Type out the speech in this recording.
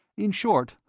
in short,